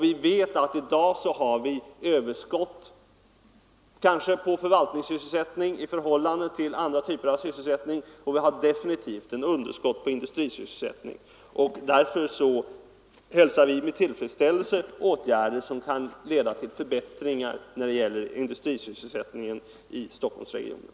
Vi vet att vii dag kanske har ett överskott på förvaltningssysselsättning i förhållande till andra typer av sysselsättning, och vi har definitivt ett underskott på industrisysselsättning. Därför hälsar vi med tillfredsställelse alla åtgärder som kan leda till förbättringar när det gäller industrisysselsättningen i Stockholmsregionen.